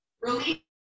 Release